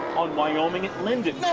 wyoming and linden.